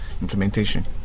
implementation